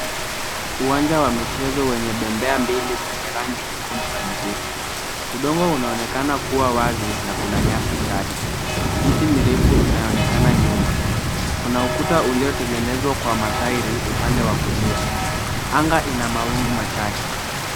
Uwanja wa michezo wenye bembea mbili zenye rangi nyekundu na nyeupe. Udongo unaonekana kuwa wazi na kuna nyasi chache. Miti mirefu inaonekana nyuma. Kuna ukuta uliotengenezwa kwa matairi upande wa kulia. Anga ina mawingu machache.